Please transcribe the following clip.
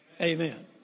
Amen